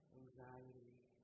anxiety